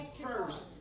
first